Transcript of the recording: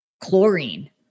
chlorine